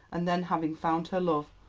and then, having found her love,